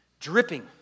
Dripping